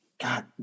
God